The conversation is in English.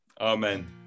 Amen